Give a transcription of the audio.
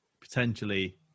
potentially